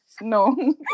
no